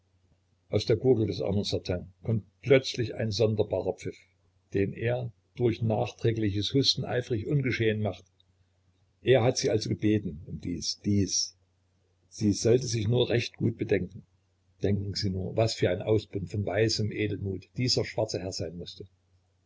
aus der gurgel des armen certain kommt plötzlich ein sonderbarer pfiff den er durch nachträgliches husten eifrig ungeschehen macht er hat sie also gebeten um dies dies sie sollte sich ja nur recht gut bedenken denken sie nur was für ein ausbund von weisem edelmut dieser schwarze herr sein mußte